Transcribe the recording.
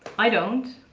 i don't.